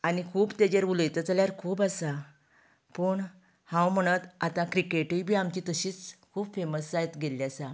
आनी खूब तेजेर उलयत जाल्यार खूब आसा पूण हांव म्हणत आतां क्रिकेटय बी आमची तशींच खूब फेमस जायत गेल्ली आसा